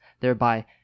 thereby